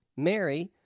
Mary